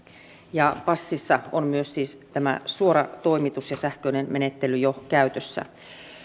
passissa on siis myös tämä suora toimitus ja sähköinen menettely jo käytössä